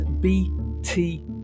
bt